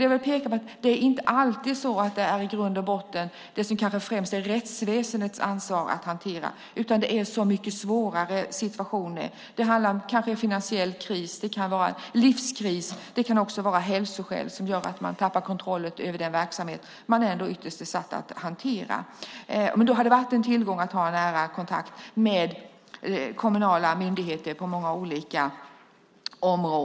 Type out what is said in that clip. Jag vill peka på att det i grund och botten inte alltid handlar om det som kanske främst är rättsväsendets ansvar att hantera, utan det är så mycket svårare situationer. Det handlar kanske om en finansiell kris, det kan vara en livskris, det kan vara hälsoskäl som gör att människor tappar kontrollen över den verksamhet de ytterst är satta att hantera. Då har det varit en tillgång att ha nära kontakt med kommunala myndigheter på många olika områden.